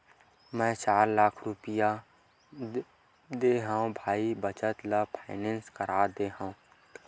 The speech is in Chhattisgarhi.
मै चार लाख रुपया देय हव भाई बचत ल फायनेंस करा दे हँव